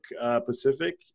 Pacific